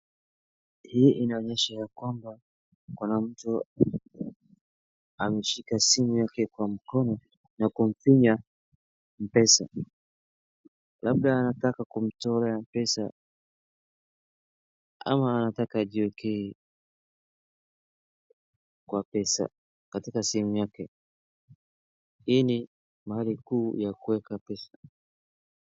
Hii inaonyesha ya kwamba kuna mtu ameshika simu yake kwa mkono na kumfinya Mpesa. Labda anataka kumtolea pesa ama anataka ajiwekee kwa pesa katika simu yake. Hii ni mahali kuu ya kuweka pesa.